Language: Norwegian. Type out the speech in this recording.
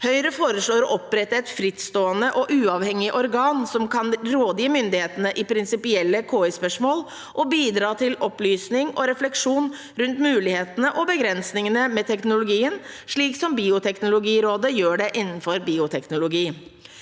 Høyre foreslår å opprette et frittstående og uavhengig organ som kan rådgi myndighetene i prinsipielle KI-spørsmål og bidra til opplysning og refleksjon rundt mulighetene og begrensningene med teknologien, slik som Bioteknologirådet gjør innenfor bioteknologi.